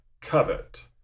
covet